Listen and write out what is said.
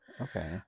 Okay